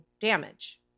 damage